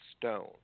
stone